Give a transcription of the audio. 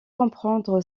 comprendre